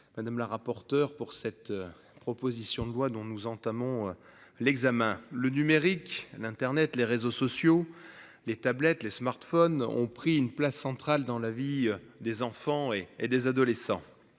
madame la rapporteure pour cette proposition de loi dont nous entamons l'examen le numérique. L'Internet les réseaux sociaux, les tablettes, les smartphones ont pris une place centrale dans la vie des enfants et des adolescents.